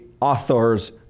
author's